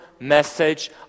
message